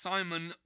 Simon